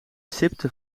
sipte